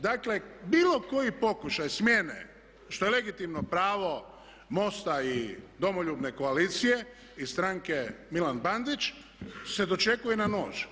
Dakle bilo koji pokušaj smjene što je legitimno pravo MOST-a i Domoljubne koalicije i stranke Milan Bandić se dočekuje na nož.